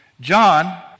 John